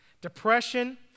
depression